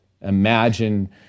imagine